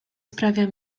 sprawia